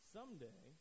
Someday